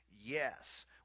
Yes